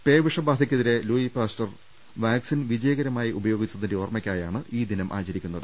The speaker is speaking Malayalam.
പേ വിഷബാധക്കെതിരെ ലൂയി പാ സ്റ്റർ വാക്സിൻ വിജയകരമായി ഉപയോഗിച്ചതിന്റെ ഓർമ്മയ്ക്കായാണ് ഈ ദിനം ആചരിക്കുന്നത്